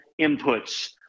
inputs